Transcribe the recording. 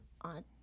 on